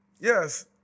yes